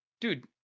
dude